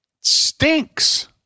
stinks